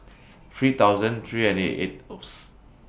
three thousand three and thirty eighth